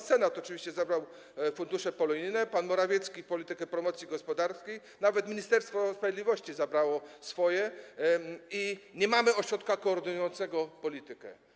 Senat oczywiście zabrał fundusze polonijne, pan Morawiecki - politykę promocji gospodarki, nawet Ministerstwo Sprawiedliwości zabrało swoje i nie mamy ośrodka koordynującego politykę.